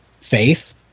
faith